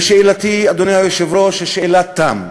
ושאלתי, אדוני היושב-ראש, היא שאלת תם.